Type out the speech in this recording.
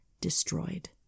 destroyed